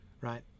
Right